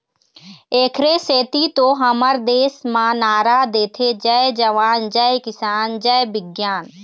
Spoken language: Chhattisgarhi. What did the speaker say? एखरे सेती तो हमर देस म नारा देथे जय जवान, जय किसान, जय बिग्यान